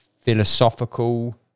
philosophical